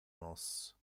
nos